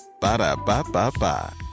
Ba-da-ba-ba-ba